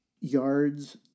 yards